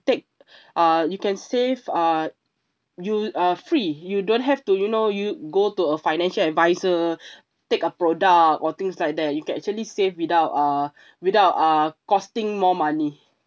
take uh you can save uh you uh free you don't have to you know you go to a financial adviser take a product or things like that you can actually save without uh without uh costing more money